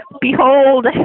Behold